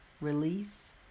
release